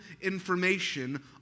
information